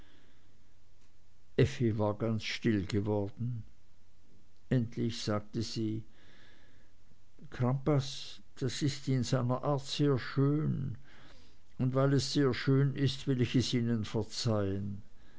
war ganz still geworden endlich sagte sie crampas das ist in seiner art sehr schön und weil es sehr schön ist will ich es ihnen verzeihen